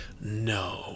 no